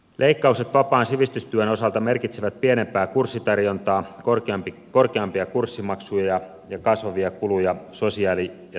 leikkaukset vapaan sivistystyön osalta merkitsevät pienempää kurssitarjontaa korkeampia kurssimaksuja ja kasvavia kuluja sosiaali ja terveyspuolelle